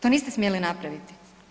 To niste smjeli napraviti.